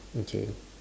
okay